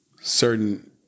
certain